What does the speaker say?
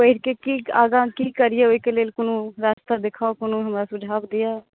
पढ़िकऽ की आगाँ की करियै ओहिके लेल कोनो रास्ता देखाउ कोनो हमरा सुझाव दिअ